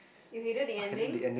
you hated the ending